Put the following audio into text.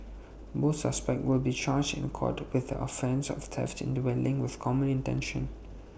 both suspects will be charged in court with the offence of theft in dwelling with common intention